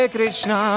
Krishna